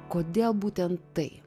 kodėl būtent tai